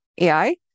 AI